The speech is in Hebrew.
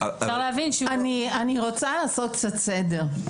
אפשר להבין שהוא --- אני רוצה לעשות קצת סדר.